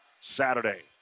Saturday